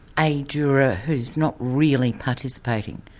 a juror who's not really participating.